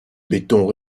béton